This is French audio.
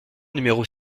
numéros